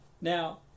Now